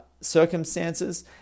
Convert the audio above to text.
circumstances